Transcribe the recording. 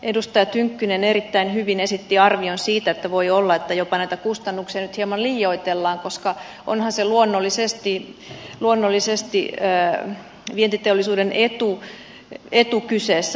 edustaja tynkkynen erittäin hyvin esitti arvion siitä että voi olla että jopa näitä kustannuksia nyt hieman liioitellaan koska onhan siinä luonnollisesti vientiteollisuuden etu kyseessä